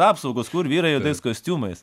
apsaugos kur vyrai juodais kostiumais